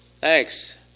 Thanks